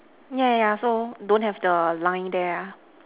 yeah yeah yeah so don't have the line there ah